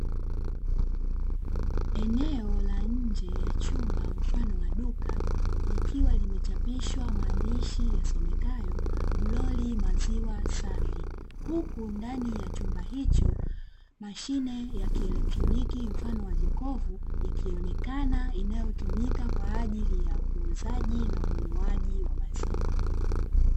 Eneo la nje ya chumba mfano wa duka likiwa limechapishwa maandishi yasomekayo (Glory Maziwa Safi). Huku ndani ya chumba hicho mashine ya kielektroniki mfano wa jokofu ikionekana inayotumika kwa ajili ya uuzaji na ununuaji wa maziwa.